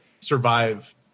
survive